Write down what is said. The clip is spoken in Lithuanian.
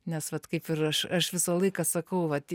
nes vat kaip ir aš aš visą laiką sakau vat